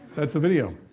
that's the video.